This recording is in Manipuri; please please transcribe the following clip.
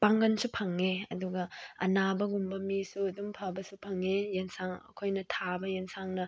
ꯄꯥꯡꯒꯜꯁꯨ ꯐꯪꯉꯦ ꯑꯗꯨꯒ ꯑꯅꯥꯕꯒꯨꯝꯕ ꯃꯤꯁꯨ ꯑꯗꯨꯝ ꯐꯕꯁꯨ ꯐꯪꯉꯦ ꯑꯦꯟꯁꯥꯡ ꯑꯩꯈꯣꯏꯅ ꯊꯥꯕ ꯑꯦꯟꯁꯥꯡꯅ